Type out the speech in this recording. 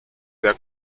der